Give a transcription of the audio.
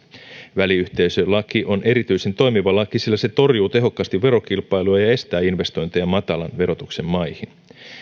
väliyhteisölaki on erityisen toimiva laki sillä se torjuu tehokkaasti verokilpailua ja ja estää investointeja matalan verotuksen maihin